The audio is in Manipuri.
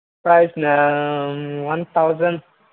ꯄ꯭ꯔꯥꯏꯁꯅ ꯋꯥꯟ ꯊꯥꯎꯖꯟ